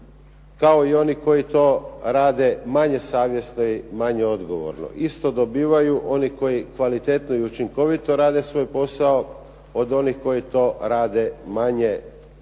kao i oni koji to rade manje savjesno i manje odgovorno. Isto dobivaju oni koji kvalitetno i učinkovito rade svoj posao, od onih koji to rade manje učinkovito